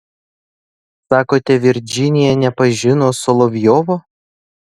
sakote virdžinija nepažino solovjovo